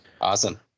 Awesome